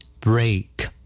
Break